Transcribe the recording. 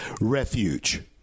refuge